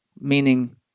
meaning